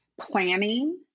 Planning